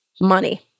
Money